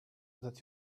that